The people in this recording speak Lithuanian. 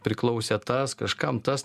priklausė tas kažkam tas